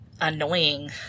annoying